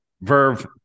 Verve